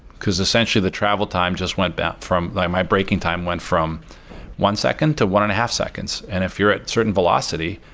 because essentially the travel time just went down from like my braking time went from one second to one and a half seconds, and if you're at a certain velocity,